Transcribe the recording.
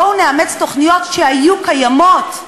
בואו נאמץ תוכניות שהיו קיימות.